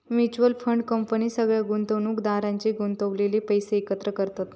mutual fund company सगळ्या गुंतवणुकदारांचे गुंतवलेले पैशे एकत्र करतत